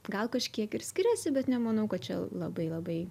gal kažkiek ir skiriasi bet nemanau kad čia labai labai